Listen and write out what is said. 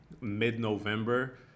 mid-november